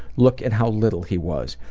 look at how little he was.